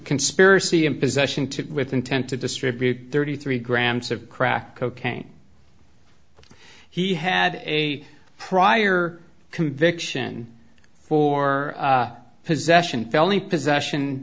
conspiracy in possession to with intent to distribute thirty three grams of crack cocaine he had a prior conviction for possession felony possession